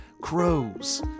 crows